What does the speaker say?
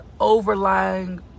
overlying